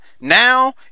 Now